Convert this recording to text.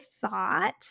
thought